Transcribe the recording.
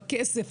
הכסף,